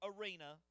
arena